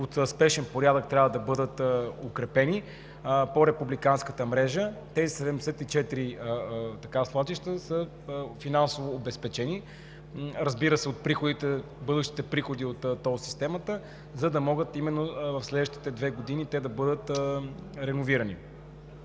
от спешен порядък трябва да бъдат укрепени по републиканската мрежа. Тези 74 свлачища са финансово обезпечени, разбира се, от бъдещите приходи от тол системата, за да могат именно в следващите две години те да бъдат реновирани.